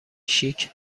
شیک